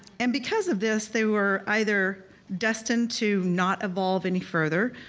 and because of this they were either destined to not evolve any further,